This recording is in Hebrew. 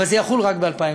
אבל זה יחול רק ב-2017.